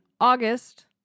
August